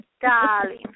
Darling